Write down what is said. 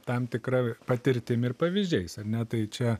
tam tikra patirtim ir pavyzdžiais ar ne tai čia